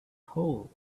hole